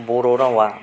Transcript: बर' रावआ